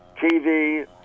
TV